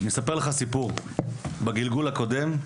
אני אספר לך סיפור, בגלגול הקודם,